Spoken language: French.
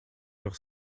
heure